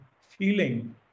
feeling